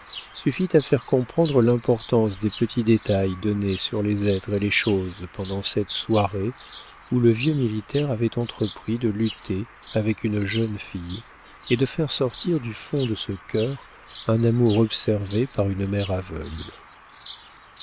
suffit à faire comprendre l'importance des petits détails donnés sur les êtres et les choses pendant cette soirée où le vieux militaire avait entrepris de lutter avec une jeune fille et de faire sortir du fond de ce cœur un amour observé par une mère aveugle